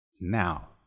Now